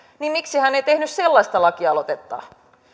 niin miksi hän ei tehnyt sellaista lakialoitetta